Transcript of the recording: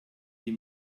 die